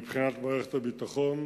מבחינת מערכת הביטחון,